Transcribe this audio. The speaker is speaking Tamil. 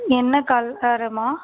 என்ன கலரும்மா